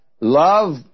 love